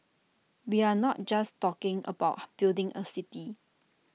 we are not just talking about building A city